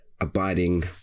abiding